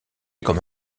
comme